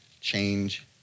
change